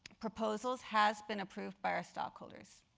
proposals has been approved by our stockholders.